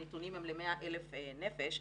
הנתונים הם ל-100,000 נפש,